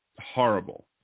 horrible